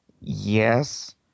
yes